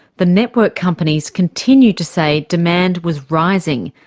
the network companies continued to say demand was rising,